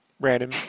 Random